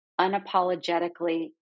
unapologetically